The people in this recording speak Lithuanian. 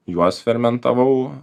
juos fermentavau